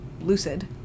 lucid